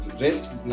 rest